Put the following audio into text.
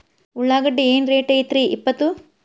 ಉಳ್ಳಾಗಡ್ಡಿ ಏನ್ ರೇಟ್ ಐತ್ರೇ ಇಪ್ಪತ್ತು?